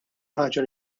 ħaġa